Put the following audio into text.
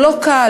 הוא לא קל.